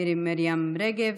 מירי מרים רגב,